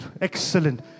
excellent